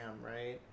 right